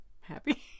happy